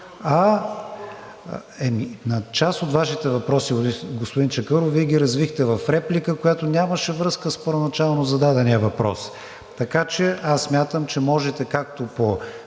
На част от Вашите въпроси, господин Чакъров, Вие ги развихте в реплика, която нямаше връзка с първоначално зададения въпрос. Така че аз смятам, че можете, както по